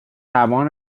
توان